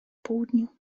południu